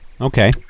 Okay